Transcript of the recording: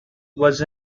was